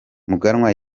muganwa